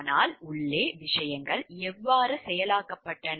ஆனால் உள்ளே விஷயங்கள் எவ்வாறு செயலாக்கப்பட்டன